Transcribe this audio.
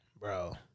Bro